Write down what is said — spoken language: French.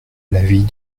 l’avis